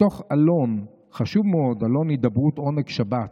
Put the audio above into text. מתוך עלון חשוב מאוד, עלון הידברות, "עונג שבת"